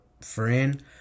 friend